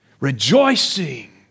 Rejoicing